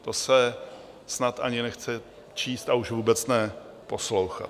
To se snad ani nechce číst a už vůbec ne poslouchat.